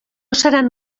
seran